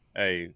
hey